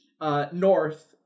north